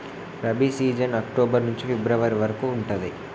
rabi season October నుంచి February వరకు ఉంటది